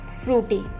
Fruity